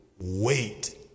Wait